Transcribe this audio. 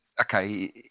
okay